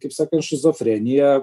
kaip sakant šizofrenija